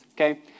okay